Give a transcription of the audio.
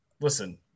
listen